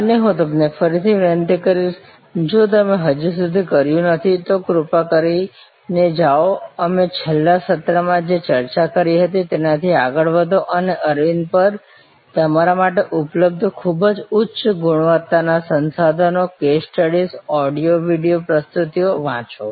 અને હું તમને ફરીથી વિનંતી કરીશ જો તમે હજી સુધી કર્યું નથી તો કૃપા કરીને જાઓ અમે છેલ્લા સત્રમાં જે ચર્ચા કરી હતી તેનાથી આગળ વધો અને અરવિંદ પર તમારા માટે ઉપલબ્ધ ખૂબ જ ઉચ્ચ ગુણવત્તાના સંસાધનો કેસ સ્ટડીઝ ઑડિઓ વિડિયો પ્રસ્તુતિઓ વાંચો